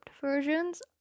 versions